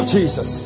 Jesus